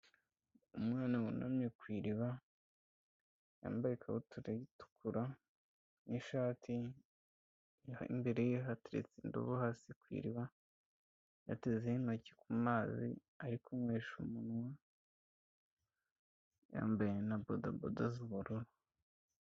Umwana wunamye ku iriba, yambaye ikabutura itukura, n'ishati, imbere ye hateretse indobo hasi ku iriba, yatezeho intoki ku mazi, arikunywesha umunwa, yambaye na bodabodo z'ubururu.